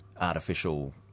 artificial